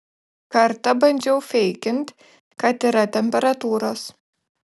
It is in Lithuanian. kartą bandžiau feikint kad yra temperatūros